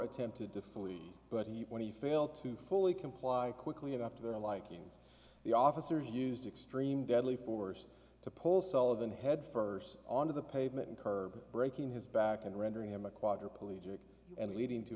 attempted to flee but he when he failed to fully comply quickly enough to their liking the officers used extreme deadly force to pull sullivan headfirst onto the pavement curb breaking his back and rendering him a quadriplegic and leading to